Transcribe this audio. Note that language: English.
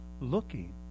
looking